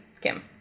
Kim